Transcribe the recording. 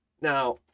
Now